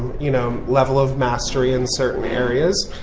you know, level of mastery in certain areas.